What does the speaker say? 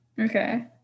Okay